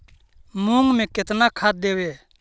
मुंग में केतना खाद देवे?